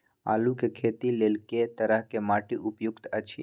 आलू के खेती लेल के तरह के माटी उपयुक्त अछि?